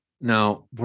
Now